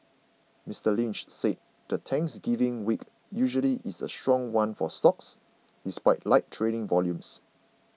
Mister Lynch said the Thanksgiving week usually is a strong one for stocks despite light trading volumes